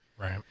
Right